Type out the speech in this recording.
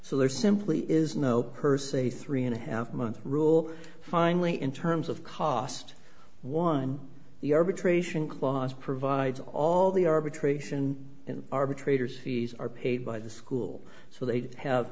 so there simply is no per say three and a half month rule finally in terms of cost one the arbitration clause provides all the arbitration and arbitrators fees are paid by the school so they have